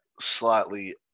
slightly